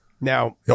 Now